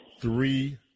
three